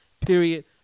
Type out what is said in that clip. Period